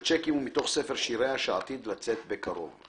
השיר "צ'קים" הוא מתוך ספר שיריה שעתיד לצאת בקרוב.